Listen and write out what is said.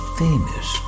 famous